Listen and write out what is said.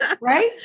Right